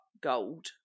gold